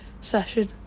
session